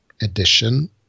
Edition